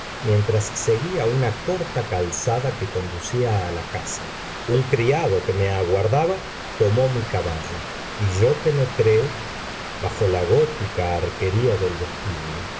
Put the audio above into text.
mientras seguía una corta calzada que conducía a la casa un criado que me aguardaba tomó mi caballo y yo penetré bajo la gótica arquería del vestíbulo